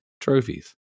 trophies